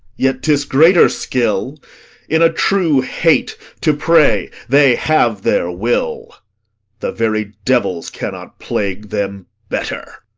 yet tis greater skill in a true hate to pray they have their will the very devils cannot plague them better.